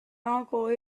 uncle